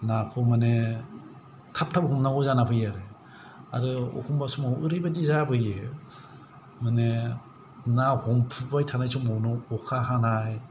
नाखौ माने थाब थाब हमनांगौ जाना फैयो आरो आरो एखनब्ला समाव ओरैबादि जाबोयो माने ना हमफुबाय थानाय समावनो अखा हानाय